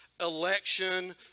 election